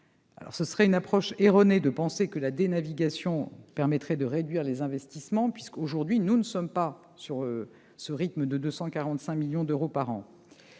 Ce serait une approche erronée de penser que la dénavigation permettrait de réduire les investissements, puisque, aujourd'hui, nous n'atteignons pas ce rythme d'investissement de 245 millions d'euros par an.